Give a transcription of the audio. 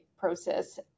process